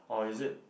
orh is it